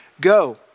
go